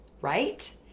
right